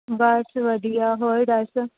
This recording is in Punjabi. ਬਸ ਵਧੀਆ ਹੋਰ ਦੱਸ